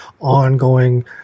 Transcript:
ongoing